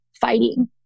fighting